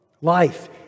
Life